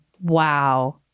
wow